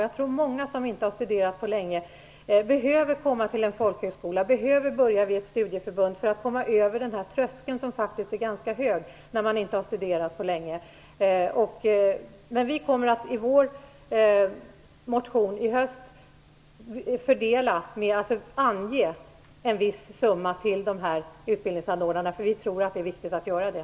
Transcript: Jag tror att många som inte har studerat på länge behöver komma till en folkhögskola eller börja vid ett studieförbund för att komma över tröskeln, som faktiskt är ganska hög när man inte har studerat på länge. Vi kommer att i vår motion i höst fördela en viss summa till dessa utbildningsanordnare och ange det. Vi tror att det är viktigt att göra det.